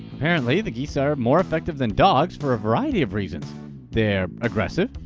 apparently, the geese are more effective than dogs for a variety of reasons they're aggressive,